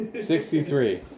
Sixty-three